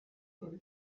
luke